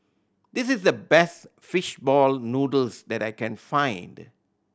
this is the best fish ball noodles that I can find